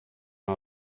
man